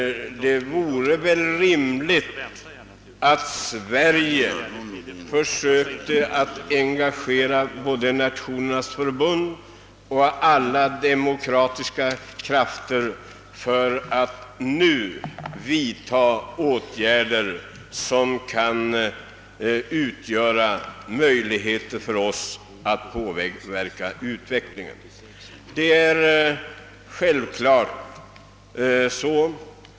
Men nog vore det väl rimligt att Sverige också försökte engagera Förenta Nationerna och alla demokratiska krafter för att påverka utvecklingen i Grekland.